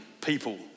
people